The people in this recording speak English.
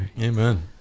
Amen